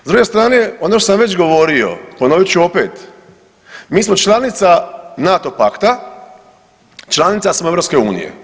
S druge strane ono što sam već govorio, ponovit ću opet, mi smo članica NATO pakta, članica smo EU.